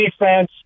defense